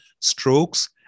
strokes